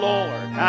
Lord